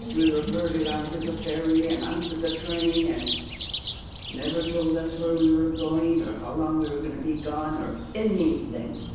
we were herded onto the ferry and onto the train, and never told us where we were going or how long we were gonna be gone or anything.